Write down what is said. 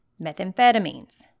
methamphetamines